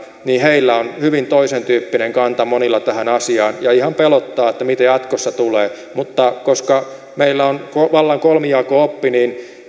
niin heillä on hyvin toisen tyyppinen kanta monilla tähän asiaan ja ihan pelottaa että mitä jatkossa tulee mutta koska meillä on vallan kolmijako oppi niin